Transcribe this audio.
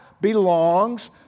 belongs